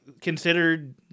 considered